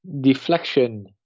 deflection